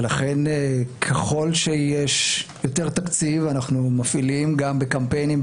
ולכן ככל שיש יותר תקציב אנחנו מפעילים גם בקמפיינים,